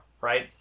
right